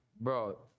Bro